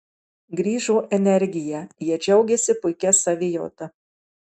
grįžo energija jie džiaugėsi puikia savijauta